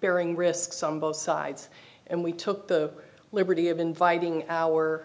bearing risk some both sides and we took the liberty of inviting our